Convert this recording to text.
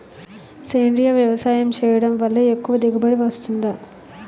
సేంద్రీయ వ్యవసాయం చేయడం వల్ల ఎక్కువ దిగుబడి వస్తుందా?